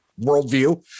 worldview